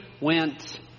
went